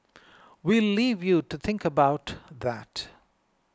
we'll leave you to think about that